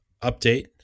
update